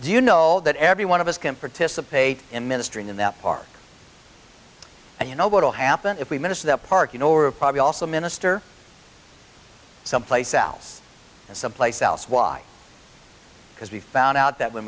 do you know that every one of us can participate in ministering in that part and you know what'll happen if we minister the park you know or probably also minister someplace else someplace else why because we found out that when